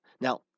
Now